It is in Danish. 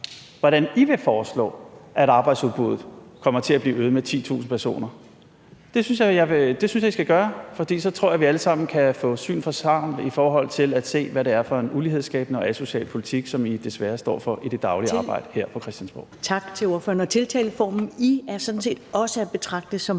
hvordan I vil foreslå, at arbejdsudbuddet kommer til at blive øget med 10.000 personer. Det synes jeg I skal gøre, for så tror jeg, at vi alle sammen kan få syn for sagn i forhold til at se, hvad det er for en ulighedsskabende og asocial politik, som I desværre står for i det daglige arbejde her på Christiansborg. Kl. 13:22 Første næstformand (Karen Ellemann): Tak